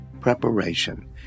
preparation